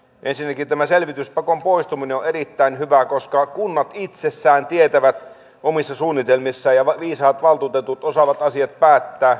ensinnäkin tämä selvityspakon poistuminen on erittäin hyvä koska kunnat itsessään tietävät omissa suunnitelmissaan ja viisaat valtuutetut osaavat päättää